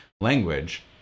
language